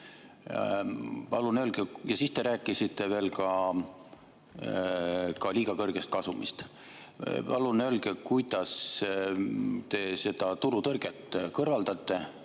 Siis te rääkisite veel ka liiga kõrgest kasumist. Palun öelge, kuidas te seda turutõrget kõrvaldate